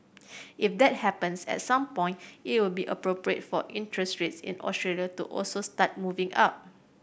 if that happens at some point it will be appropriate for interest rates in Australia to also start moving up